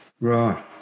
Right